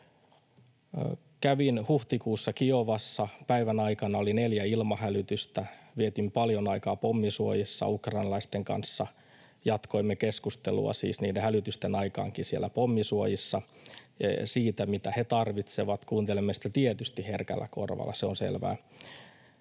Kävin huhtikuussa Kiovassa. Päivän aikana oli neljä ilmahälytystä. Vietin paljon aikaa pommisuojissa ukrainalaisten kanssa, ja jatkoimme siis niiden hälytysten aikaankin siellä pommisuojissa keskustelua siitä, mitä he tarvitsevat. Kuuntelemme sitä tietysti herkällä korvalla, se on selvää,